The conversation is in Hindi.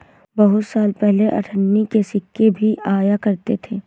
बहुत साल पहले अठन्नी के सिक्के भी आया करते थे